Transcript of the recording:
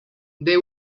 they